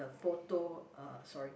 photo uh sorry